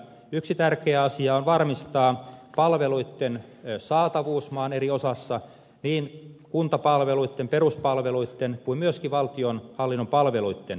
yksi tärkeä asia on varmistaa palveluitten saatavuus maan eri osissa niin kuntapalveluitten peruspalveluitten kuin myöskin valtionhallinnon palveluitten